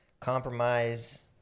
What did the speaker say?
compromise